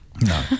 No